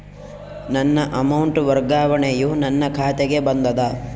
ನನ್ನ ಅಮೌಂಟ್ ವರ್ಗಾವಣೆಯು ನನ್ನ ಖಾತೆಗೆ ಬಂದದ